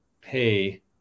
pay